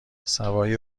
سوای